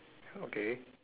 okay